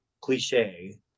cliche